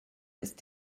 ist